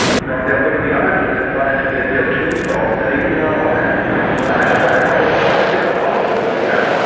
you know and there are going to be other neurons that fire to the idea of truth, or australia, or country, or flag, or white house, or all these different concepts that we have.